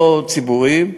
לא ציבוריים,